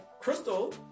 Crystal